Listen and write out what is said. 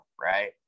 right